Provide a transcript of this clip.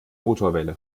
motorwelle